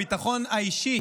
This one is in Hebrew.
הביטחון האישי